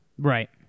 right